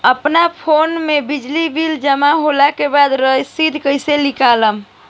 अपना फोन मे बिजली बिल जमा होला के बाद रसीद कैसे निकालम?